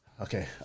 Okay